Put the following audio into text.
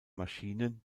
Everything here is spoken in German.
maschinen